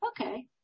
okay